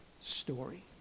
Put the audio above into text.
story